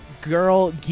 girl